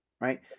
right